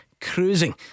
Cruising